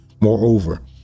Moreover